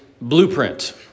blueprint